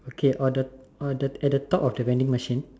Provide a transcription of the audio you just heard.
okay on the on the at the top of the vending machine